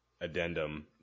addendum